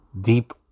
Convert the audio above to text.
deep